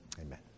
amen